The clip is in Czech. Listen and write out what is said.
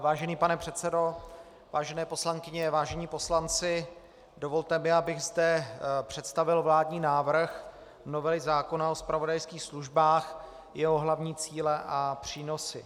Vážený pane předsedo, vážené poslankyně, vážení poslanci, dovolte mi, abych zde představil vládní návrh novely zákona o zpravodajských službách, jeho hlavní cíle a přínosy.